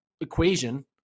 equation